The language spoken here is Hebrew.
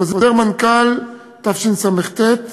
חוזר מנכ"ל תשס"ט,